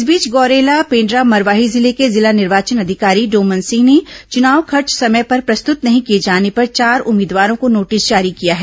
इस बीच गौरेला पेण्ड्रा मरवाही जिले के जिला निर्वाचन अधिकारी डोमन सिंह ने चुनाव खर्च समय पर प्रस्तुत नहीं किए जाने पर चार उम्मीदवारों को नोटिस जारी किया है